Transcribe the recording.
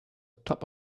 top